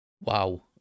Wow